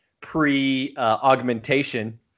pre-augmentation